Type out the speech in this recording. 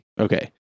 Okay